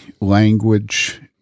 language